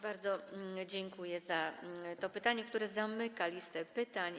Bardzo dziękuję za to pytanie, które zamyka listę pytań.